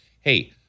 hey